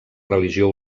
religió